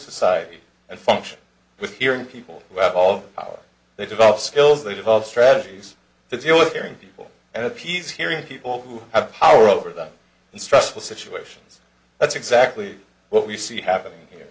society and function with hearing people who have all power they develop skills they develop strategies to deal with hearing people at peace hearing people who have power over them in stressful situations that's exactly what we see happening here